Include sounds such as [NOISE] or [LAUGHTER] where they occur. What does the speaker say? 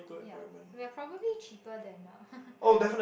yup we are probably cheaper than uh [LAUGHS]